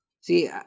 See